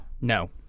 No